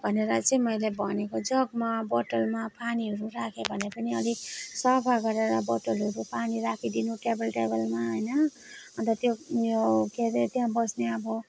भनेर चाहिँ मैले भनेको जगमा बोतलमा पानीहरू राख्यो भने पनि अलिक सफा गरेर बोतलहरू पानी राखिदिनु टेबल टेबलमा होइन अन्त त्यो यो के अरे त्यहाँ बस्ने अब